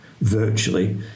virtually